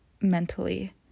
mentally